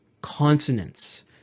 consonants